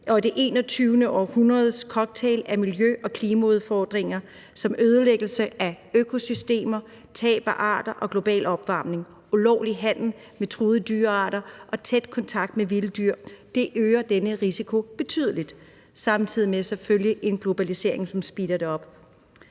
og det 21. århundredes cocktail af miljø- og klimaudfordringer som ødelæggelse af økosystemer, tab af arter og global opvarmning, ulovlig handel med truede dyrearter og tæt kontakt med vilde dyr øger denne risiko betydeligt, samtidig med at en globalisering selvfølgelig speeder det op.